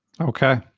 Okay